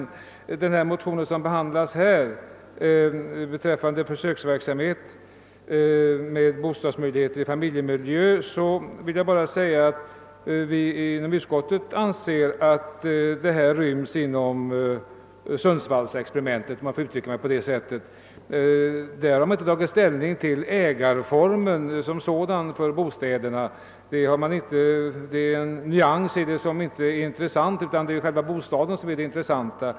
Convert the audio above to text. Beträffande den motion som behandlas nu om försöksverksamhet med bostadsmöjligheter i familjemiljö vill jag säga att vi inom utskottet anser att detta inryms i Sundsvallsexperimen tet, om jag får uttrycka mig så. Man har inte tagit ställning till ägarformen som sådan för bostäderna. Det är en nyans som inte är intressant utan det är själva bostaden som är det intressanta.